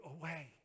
away